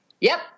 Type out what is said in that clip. Yep